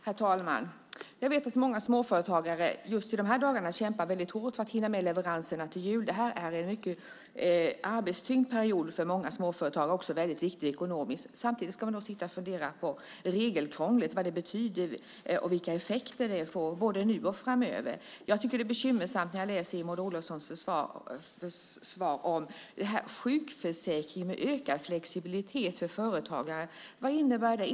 Herr talman! Jag vet att många småföretagare just i dessa dagar kämpar väldigt hårt för att hinna med leveranserna till jul. Det är en mycket arbetstyngd period för många småföretagare och också väldigt viktig ekonomiskt. Samtidigt ska de sitta och fundera på vad regelkrånglet betyder och vilka effekter det får både nu och framöver. Jag tycker att det är bekymmersamt när jag i Maud Olofssons svar läser om sjukförsäkring med ökad flexibilitet för företagare. Vad innebär det?